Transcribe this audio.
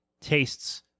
tastes